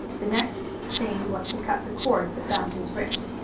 the next thing was to cut the cord that bound his wrists.